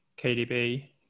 KDB